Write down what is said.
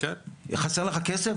חסר לך כסף?